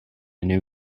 new